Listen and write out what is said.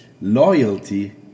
Loyalty